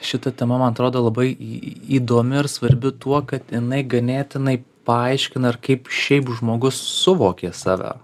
šita tema man atrodo labai įdomi ir svarbi tuo kad jinai ganėtinai paaiškina ir kaip šiaip žmogus suvokia save